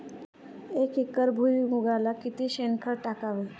एक एकर भुईमुगाला किती शेणखत टाकावे?